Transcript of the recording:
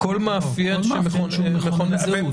כל מאפיין מכונן זהות.